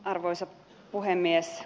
arvoisa puhemies